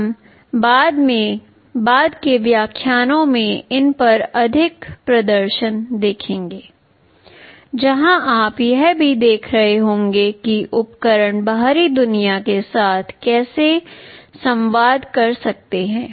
हम बाद के व्याख्यानों में इन पर अधिक प्रदर्शन देखेंगे जहाँ आप यह भी देख रहे होंगे कि उपकरण बाहरी दुनिया के साथ कैसे संवाद कर सकते हैं